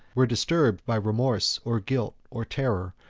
were disturbed by remorse, or guilt, or terror,